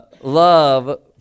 love